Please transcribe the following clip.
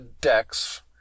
decks